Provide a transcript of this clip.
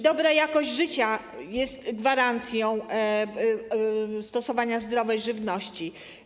Dobra jakość życia jest gwarancją stosowania zdrowej żywności.